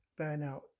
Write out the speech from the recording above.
burnout